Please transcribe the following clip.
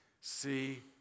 see